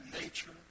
nature